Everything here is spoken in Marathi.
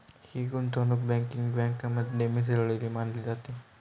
ही गुंतवणूक बँकिंग बँकेमध्ये मिसळलेली मानली जाते